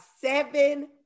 seven